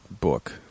book